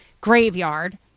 graveyard